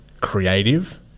creative